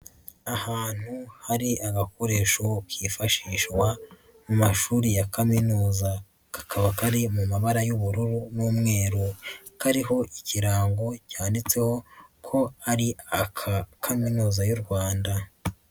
Ahantu hari agakoresho kifashishwa mu mashuri ya kaminuza, kakaba kari mu mabara y'ubururu n'umweru, kariho ikirango cyanditseho ko ari aka kaminuza y'u Rwanda.